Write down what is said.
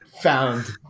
found